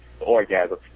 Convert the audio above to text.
orgasm